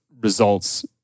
results